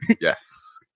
Yes